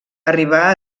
arribà